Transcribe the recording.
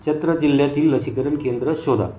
चत्र जिल्ह्यातील लसीकरण केंद्रं शोधा